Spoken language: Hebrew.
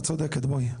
את צודקת, בואי.